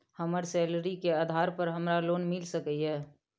हमर सैलरी के आधार पर हमरा लोन मिल सके ये?